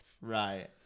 Right